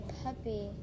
puppy